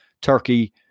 Turkey